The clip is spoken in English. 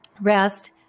rest